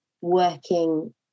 working